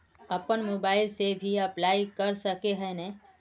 अपन मोबाईल से भी अप्लाई कर सके है नय?